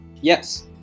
Yes